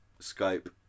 Skype